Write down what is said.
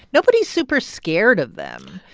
nobody's super scared of them.